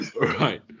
right